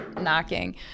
Knocking